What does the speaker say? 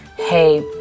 Hey